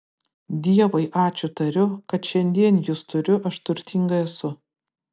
dievui ačiū tariu kad šiandien jus turiu aš turtinga esu